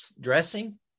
dressing